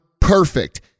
perfect